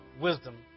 wisdom